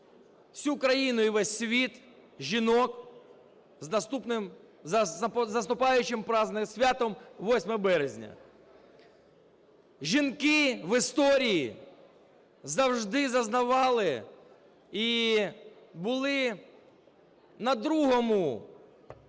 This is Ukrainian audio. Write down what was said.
всю країну і весь світ, жінок з наступаючим святом 8 березня. Жінки в історії завжди зазнавали і були на другому,